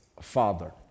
father